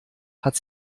hat